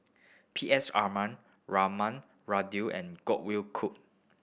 P S Aman Raman and Godwin Koay